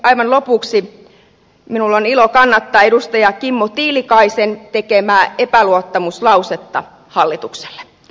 aivan lopuksi minulla on ilo kannattaa edustaja kimmo tiilikaisen tekemää epäluottamuslausetta hallitukselle